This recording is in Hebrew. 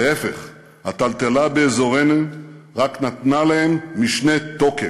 להפך, הטלטלה באזורנו רק נתנה להם משנה תוקף.